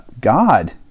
God